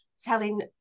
telling